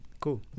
cool